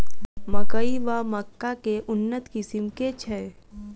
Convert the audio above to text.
मकई वा मक्का केँ उन्नत किसिम केँ छैय?